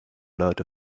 lot